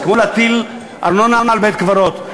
זה כמו להטיל ארנונה על בית-קברות.